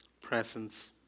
presence